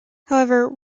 however